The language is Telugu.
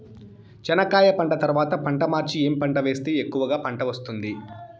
చెనక్కాయ పంట తర్వాత పంట మార్చి ఏమి పంట వేస్తే ఎక్కువగా పంట వస్తుంది?